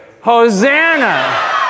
Hosanna